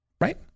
right